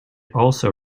also